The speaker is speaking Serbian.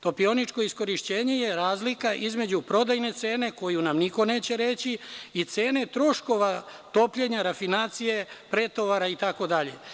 Topioničko iskorišćenje je razlika između prodajne cene, koju nam niko neće reći, i cene troškova topljenja, rafinacije, pretovara itd.